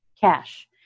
cash